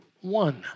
One